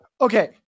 Okay